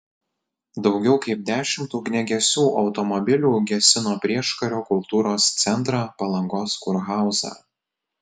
daugiau kaip dešimt ugniagesių automobilių gesino prieškario kultūros centrą palangos kurhauzą